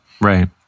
Right